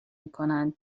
میکنند